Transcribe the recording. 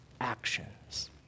actions